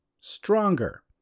stronger